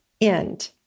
end